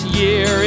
year